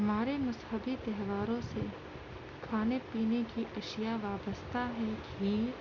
ہمارے مذہبی تہواروں سے کھانے پینے کی اشیا وابستہ ہیں گھی